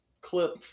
clip